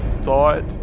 thought